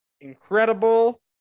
incredible